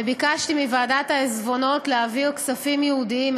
וביקשתי מוועדת העיזבונות להעביר כספים ייעודיים,